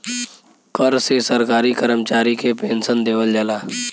कर से सरकारी करमचारी के पेन्सन देवल जाला